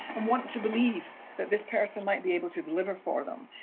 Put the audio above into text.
and want to believe that this person might be able to deliver for them.